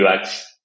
ux